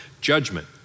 judgment